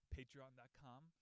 Patreon.com